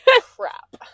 Crap